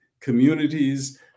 communities